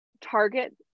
Target